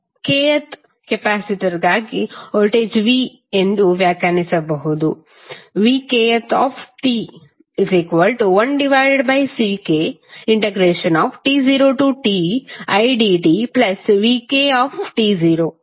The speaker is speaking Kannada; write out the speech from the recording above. kth ಕೆಪಾಸಿಟರ್ಗಾಗಿ ವೋಲ್ಟೇಜ್ v ಎಂದು ವ್ಯಾಖ್ಯಾನಿಸಬಹುದು